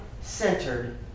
centered